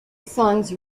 songs